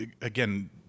again